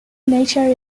nature